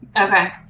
Okay